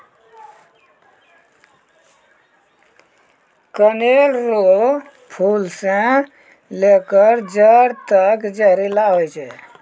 कनेर रो फूल से लेकर जड़ तक जहरीला होय छै